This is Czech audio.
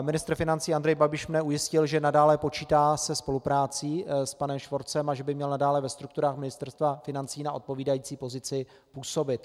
Ministr financí Andrej Babiš mne ujistil, že nadále počítá se spoluprací s panem Švorcem a že by měl nadále ve strukturách Ministerstva financí na odpovídající pozici působit.